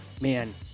man